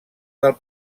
del